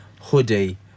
hoodie